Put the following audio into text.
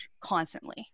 constantly